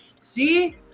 see